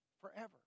forever